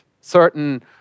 Certain